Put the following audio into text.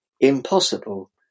impossible